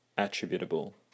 Attributable